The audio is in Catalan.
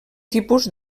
tipus